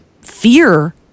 fear